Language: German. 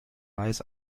reis